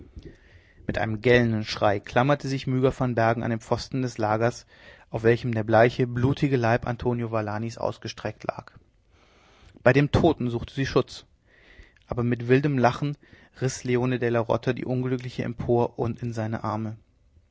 mit einem gellenden schrei klammerte sich myga van bergen an den pfosten des lagers auf welchem der bleiche blutige leib antonio valanis ausgestreckt lag bei dem toten suchte sie schutz aber mit wildem lachen riß leone della rota die unglückliche empor und in seine arme